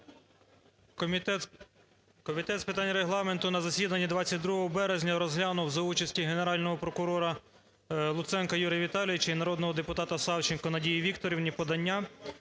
Комітет з питань Регламенту на засіданні 22 березня розглянув за участю Генерального прокурора Луценка Юрія Віталійовича і народного депутата Савченко Надії Вікторівни подання